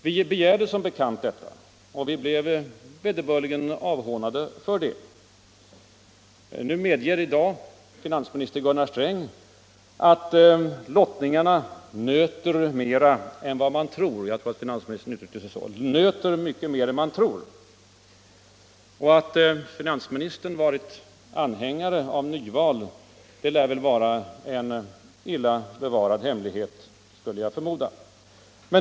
Vi begärde som bekant detta men blev vederbörligen avhånade. I dag medger finansminister Gunnar Sträng att lottningarna nöter mycket mer än man tror — finansministern uttryckte sig visst så. Att finansministern har varit anhängare av nyval lär väl vara en illa bevarad hemlighet, skulle jag förmoda.